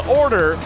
order